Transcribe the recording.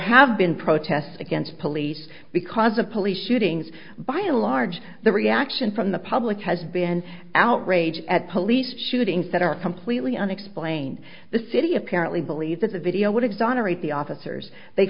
have been protests against police because of police shootings by and large the reaction from the public has been outrage at police shootings that are completely unexplained the city apparently believes that the video would exonerate the officers they